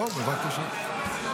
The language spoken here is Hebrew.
בוא, בבקשה.